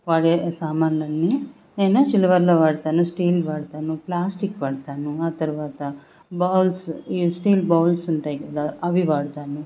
వాడే సామాన్లన్నీ నేను సిల్వర్లో వాడతాను స్టీల్ వాడతాను ప్లాస్టిక్ వాడతాను ఆ తరువాత బౌల్స్ ఈ స్టీల్ బౌల్స్ ఉంటాయి కదా అవి వాడతాను